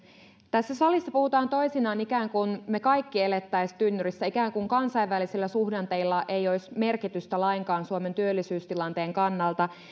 tässä salissa puhutaan toisinaan ikään kuin me kaikki eläisimme tynnyrissä ikään kuin kansainvälisillä suhdanteilla ei olisi merkitystä lainkaan suomen työllisyystilanteen kannalta asia